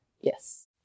Yes